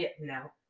no